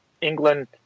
England